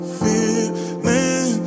feeling